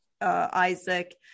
isaac